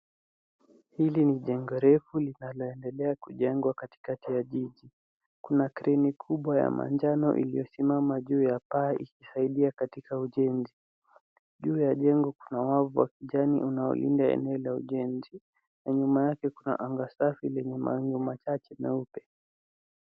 Hili ni jengo refu linaloendelea kujengwa katikati ya jiji. Kuna kreni kubwa ya manjano iliyosimama juu ya paa ikisaidia katika ujenzi. Juu ya jengo kuna wavu wa kijani unaolinda eneo la ujenzi na nyuma yake kuna anga safi lenye mawingu chache meupe.